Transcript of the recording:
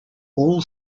all